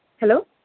hello